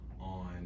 on